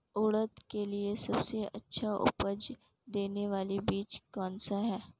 उड़द के लिए सबसे अच्छा उपज देने वाला बीज कौनसा है?